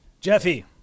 Jeffy